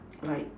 like